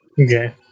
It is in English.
Okay